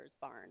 barn